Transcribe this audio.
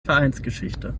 vereinsgeschichte